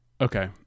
Okay